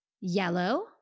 Yellow